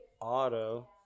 Auto